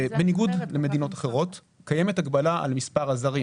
בניגוד למדינות אחרות קיימת הגבלה על מספר הזרים.